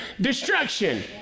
destruction